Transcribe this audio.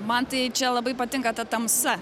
man tai čia labai patinka ta tamsa